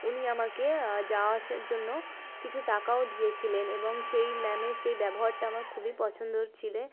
উনি আমাকে যাওয়া আসার জন্য কিছু টাকাও দিয়েছিলেন এবং সেই ম্যামের সেই ব্যবহারটা আমার খুবই পছন্দর ছিল